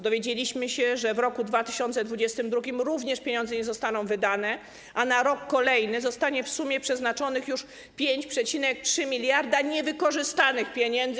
Dowiedziałyśmy się, że w roku 2022 również pieniądze nie zostaną wydane, a na rok kolejny zostanie w sumie przeznaczonych już 5,3 mld niewykorzystanych pieniędzy.